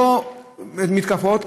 מתקפות,